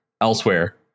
elsewhere